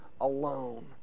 alone